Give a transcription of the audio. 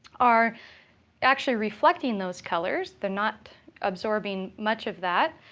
are actually reflecting those colors. they're not absorbing much of that.